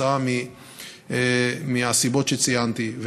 כתוצאה מהסיבות שציינתי.